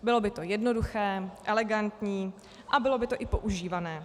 Bylo by to jednoduché, elegantní a bylo by to i používané.